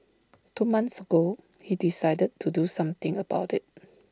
two months ago he decided to do something about IT